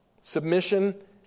Submission